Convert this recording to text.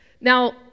Now